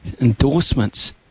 endorsements